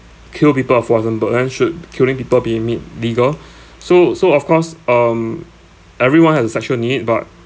kill people of then should killing people being made legal so so of course um everyone has a sexual need but